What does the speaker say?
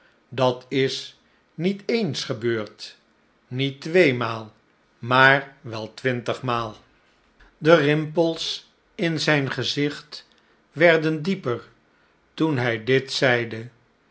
dat is niet ens gebeurd niet tweemaal maar wel twintigmaal de rimpels in zijn gezicht werden dieper toen hij dit zeide